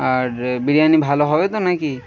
আর বিরিয়ানি ভালো হবে তো নাকি